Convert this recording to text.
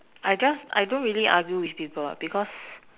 I just I don't really argue with people what because